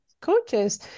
coaches